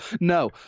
No